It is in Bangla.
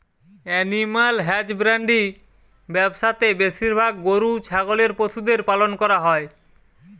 এনিম্যাল হ্যাজব্যান্ড্রি ব্যবসা তে বেশিরভাগ গরু ছাগলের পশুদের পালন করা হই